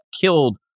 killed